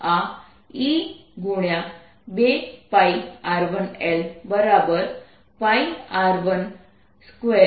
તો આ E